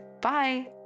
Bye